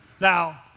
Now